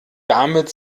damit